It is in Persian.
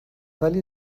ولی